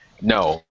no